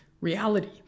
reality